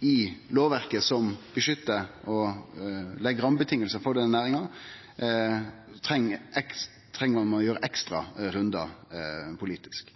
i lovverket som beskyttar og legg rammevilkåra for denne næringa, treng nokre ekstra rundar politisk.